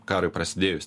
karui prasidėjus